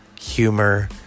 humor